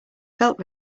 felt